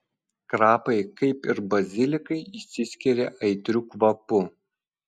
krapai kaip ir bazilikai išsiskiria aitriu kvapu